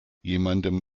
jemandem